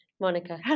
Monica